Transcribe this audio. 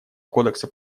кодекса